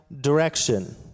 direction